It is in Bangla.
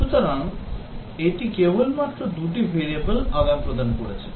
সুতরাং এটি কেবল মাত্র দুটি variable এর আদান প্রদান করেছে